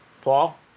Paul